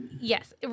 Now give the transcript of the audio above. Yes